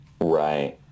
Right